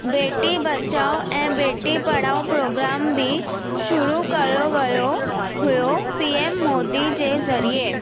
बेटी बचाओ ऐं बेटी पढ़ाओ प्रोग्राम बि शुरू कयो वियो हुयो पीएम मोदी जे ज़रिए